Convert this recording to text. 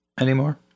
anymore